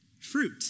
fruit